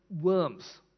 worms